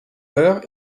heure